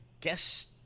guess